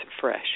fresh